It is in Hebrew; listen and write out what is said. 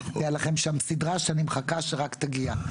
הייתה לכם שם סידרה שאני מחכה שרק תגיע.